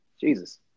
Jesus